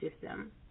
system